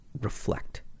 reflect